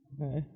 Okay